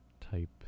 type